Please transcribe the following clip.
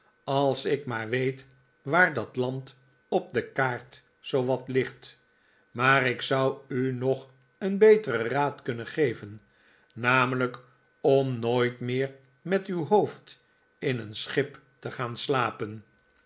als ik maar weet waar dat land op de kaart zoowat ligt maar ik zou u nog een beteren raad kunnen geven namelijk om nooit meer met uw hoofd in een schip te gaan slapen